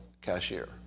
cashier